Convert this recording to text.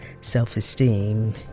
self-esteem